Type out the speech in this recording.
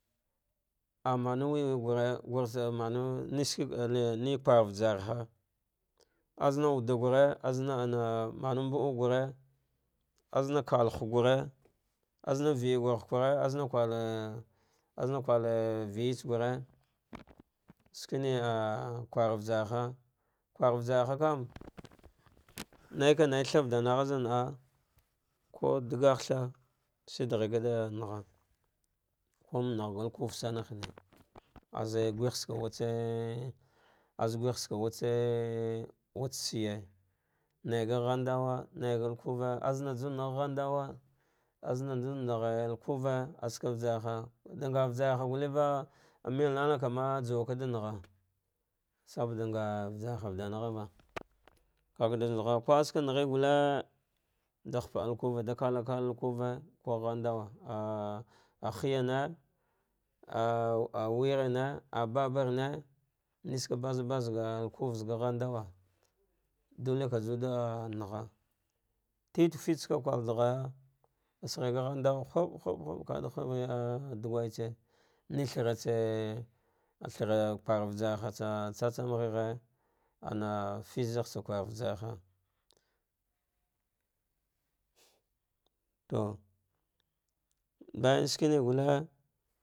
Amanu wewe gure gurshine mana, nneshivls kuel ne kwar vajarha azna wuɗa gure aznahna mana mbu uk gure azna kallh gure azna vigur hugue azna kware aznaz kware viatsa gure shikine ah kwar vajarh kwar vajarha kam, naika tha vaɗanahja zan naa ku ɗagagh tha, shidagh va ɗa ngha kan ngazu vuvsoma hine, azejehts wutsa watsa watsa shiye, naiga ghadaw naiga lukuve, azna jun gha ghaɗuwa az na juwa ngha lukuve, amenana kana juwaka da ngha saboɗa nga vasar ha vada na ghava ka kada ngha ah saka a ghen gull ɗa hapaa lukuve ɗa kalakal lukuve ko ghanɗawa in yane wurane al ba barne neske baza baz ga lukute zah ga ghadawa clulle ka jawa ɗa ngha, titgu tatse ska kur da ghaga saghaya ga ghaɗunwa hubhumb humb kada huba naya al ɗa gwaitsa methatse athra kur vvasarha tsatsa gheghe ma firse zaghtsa kur vasarha to bayam shene gulle.